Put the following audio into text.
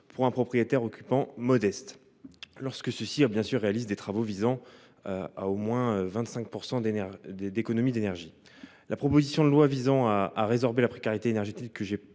pour un propriétaire occupant modeste, lorsque ceux ci réalisent des travaux tendant à réaliser au moins 25 % d’économies d’énergie. La proposition de loi visant à résorber la précarité énergétique que j’ai